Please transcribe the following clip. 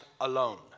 alone